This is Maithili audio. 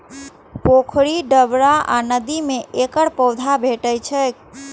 पोखरि, डबरा आ नदी मे एकर पौधा भेटै छैक